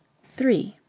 three